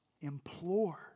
implore